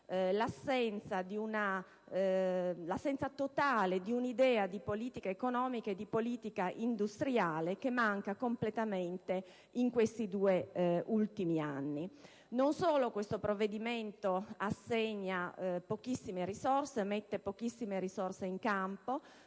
assenza di un'idea di politica economica e di politica industriale, che manca completamente in questi due ultimi anni. Non solo questo provvedimento mette pochissime risorse in campo,